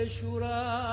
Shura